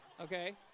okay